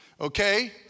Okay